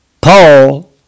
Paul